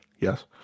yes